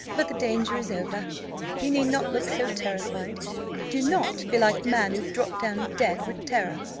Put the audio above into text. but the danger is over you need not look so terrified do not be like the man who dropped down dead with terror,